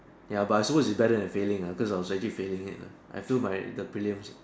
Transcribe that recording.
ya but I suppose its better than failing uh because I was actually failing it lah I failed my the prelims